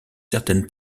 certaine